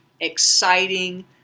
exciting